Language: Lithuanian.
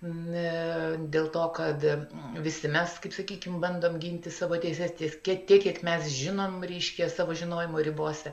ne dėl to kad visi mes kaip sakykim bandom ginti savo teises tiek tiek kiek mes žinom reiškia savo žinojimo ribose